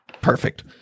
perfect